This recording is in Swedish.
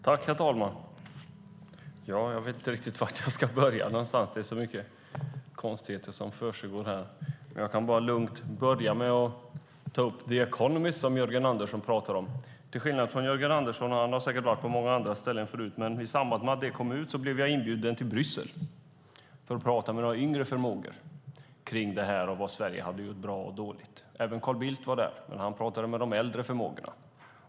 Herr talman! Jag vet inte var jag ska börja, för det är så mycket konstigheter som försiggår. Jag ska börja med att ta upp The Economist som Jörgen Andersson talade om. I samband med att den kom ut blev jag inbjuden till Bryssel för att tala med några yngre förmågor om vad Sverige har gjort bra och dåligt. Även Carl Bildt var där, men han talade med de äldre förmågorna.